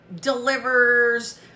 delivers